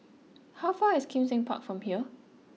how far away is Kim Seng Park from here